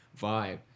vibe